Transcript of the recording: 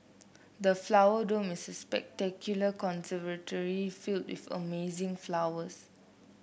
the Flower Dome is a spectacular conservatory filled with amazing flowers